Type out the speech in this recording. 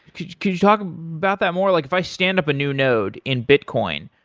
can can you talk about that more? like if i stand up a new node in bitcoin,